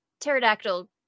pterodactyl